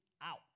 out